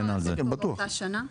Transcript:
--- לעשות אותו באותה השנה?